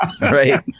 right